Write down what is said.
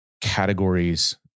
categories